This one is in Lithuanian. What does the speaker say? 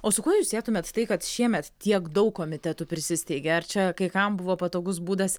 o su kuo jūs sietumėt tai kad šiemet tiek daug komitetų prisisteigė ar čia kai kam buvo patogus būdas